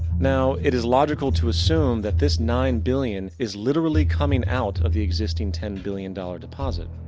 now, it is logical to assume, that this nine billion is literally coming out of the existing ten billion dollar deposit.